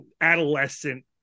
adolescent